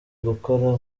gukora